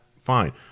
fine